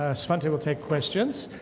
ah svante will take questions.